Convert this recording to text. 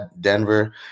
Denver